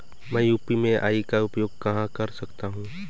मैं यू.पी.आई का उपयोग कहां कर सकता हूं?